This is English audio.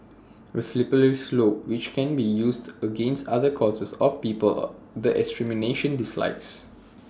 A slippery slope which can be used against other causes or people the administration dislikes